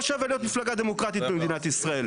שווה להיות מפלגה דמוקרטית במדינת ישראל.